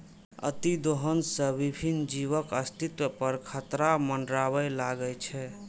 अतिदोहन सं विभिन्न जीवक अस्तित्व पर खतरा मंडराबय लागै छै